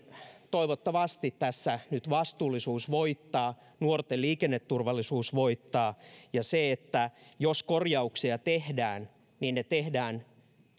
toivottavasti tässä nyt vastuullisuus voittaa ja nuorten liikenneturvallisuus voittaa ja jos korjauksia tehdään ne toivottavasti tehdään niin että